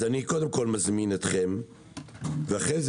אז אני קודם כול מזמין אתכם ואחרי זה